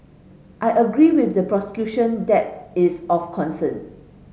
I agree with the prosecution that is of concern